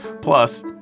Plus